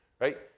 Right